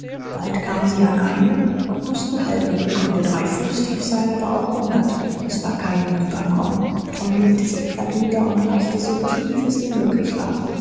bald kamen sie an eine und mußten halten sie konnte drei fuß tief sein aber auch hundert es war kein hinüberkommen tom legte sich platt nieder und reichte so tief es ihm möglich war